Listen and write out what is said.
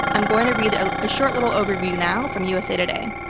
i'm going to read a short little overview now from usa today.